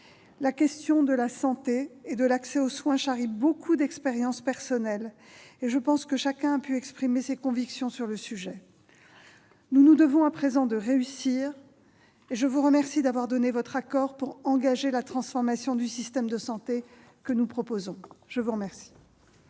La question de la santé et de l'accès aux soins charrie beaucoup d'expériences personnelles, et je pense que chacun a pu exprimer ses convictions sur ce sujet. Nous nous devons à présent de réussir. Je vous remercie d'avoir donné votre accord pour engager la transformation du système de santé que nous proposons. La parole